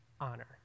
honor